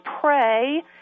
pray